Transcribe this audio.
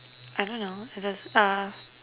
I don't know just uh